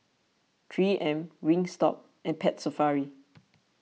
three M Wingstop and Pet Safari